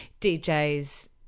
DJs